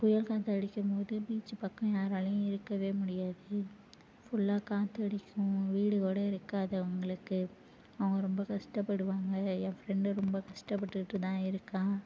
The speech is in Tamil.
புயல் காற்று அடிக்கும்போது பீச்சு பக்கம் யாராலையும் இருக்கவே முடியாது ஃபுல்லாக காற்று அடிக்கும் வீடு கூட இருக்காது அவங்களுக்கு அவங்க ரொம்ப கஷ்டப்படுவாங்க என் ஃப்ரெண்டும் ரொம்ப கஷ்டப்பட்டுக்கிட்டு தான் இருக்கா